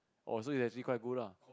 oh so you actually quite good lah